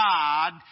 God